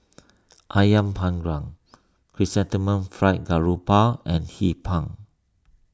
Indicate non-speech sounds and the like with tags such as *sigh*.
*noise* Ayam Panggang Chrysanthemum Fried Garoupa and Hee Pan